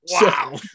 Wow